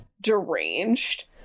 deranged